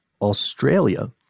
Australia